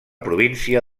província